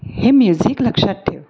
हे म्युझिक लक्षात ठेव